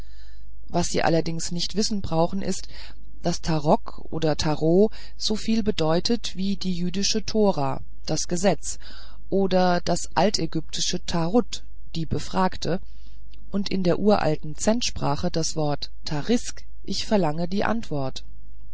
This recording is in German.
was sie allerdings nicht zu wissen brauchen ist daß tarok oder tarot soviel bedeutet wie die jüdische tora das gesetz oder das altägyptische tarut die befragte und in der uralten zendsprache das wort tarisk ich verlange die antwort